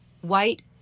white